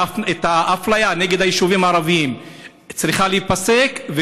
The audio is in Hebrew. האפליה נגד היישובים הערביים צריכה להיפסק,